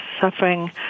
suffering